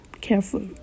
careful